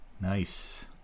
Nice